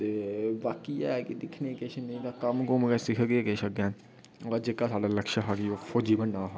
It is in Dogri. ते बाकी ऐ की किश दिक्खने आं नेईं तां कम्म किश सिक्खगे गै अग्गें पर जेह्का साढ़ा लक्ष्य हा ओह् फौजी बनना हा